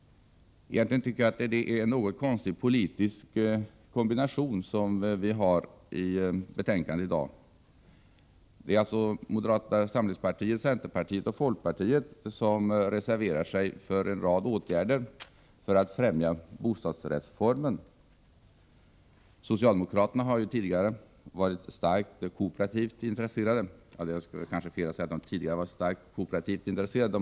Jag tycker att den politiska kombinationen i betänkandet är litet konstig. Det är moderata samlingspartiet, centerpartiet och folkpartiet som har reserverat sig för en rad åtgärder för att främja bostadsrättsformen. Socialdemokraterna har tidigare haft ett starkt intresse för bostadsrätter.